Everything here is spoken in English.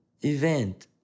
event